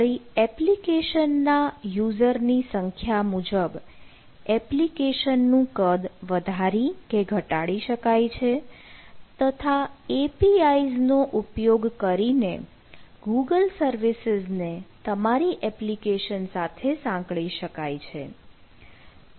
વળી એપ્લિકેશન ના યુઝર ની સંખ્યા મુજબ એપ્લિકેશન નું કદ વધારી કે ઘટાડી શકાય છે તથા APIs નો ઉપયોગ કરીને ગૂગલ સર્વિસીઝ ને તમારી એપ્લિકેશન સાથે સાંકળી શકાય છે